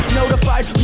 notified